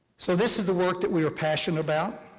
so this is the work that we are passionate about.